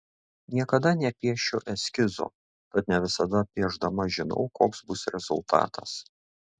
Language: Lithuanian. niekada nepiešiu eskizo tad ne visada piešdama žinau koks bus rezultatas